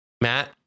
Matt